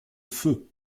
feu